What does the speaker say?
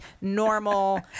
normal